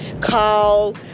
call